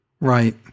right